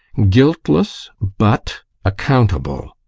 guiltless, but accountable!